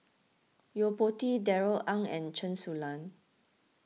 Yo Po Tee Darrell Ang and Chen Su Lan